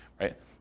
Right